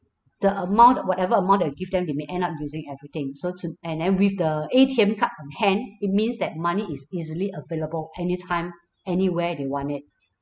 the amount whatever amount that we give them they may end up using everything so to and then with the A_T_M card on hand it means that money is easily available anytime anywhere they want it